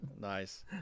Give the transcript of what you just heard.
Nice